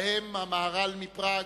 בהם המהר"ל מפראג,